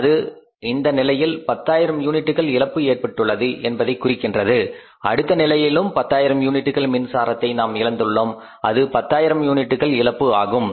அது இந்த நிலையில் 10000 யூனிட்கள் இழப்பு ஏற்பட்டுள்ளது என்பதை குறிக்கின்றது அடுத்த நிலையிலும் பத்தாயிரம் யூனிட்டுகள் மின்சாரத்தை நாம் இழந்துள்ளோம் அதுவும் 10000 யூனிட்கள் இழப்பு ஆகும்